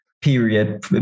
period